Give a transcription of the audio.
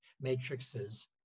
matrices